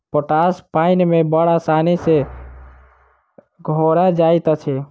potash पाइन मे बड़ आसानी सॅ घोरा जाइत अछि